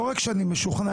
לא רק שאני משוכנע,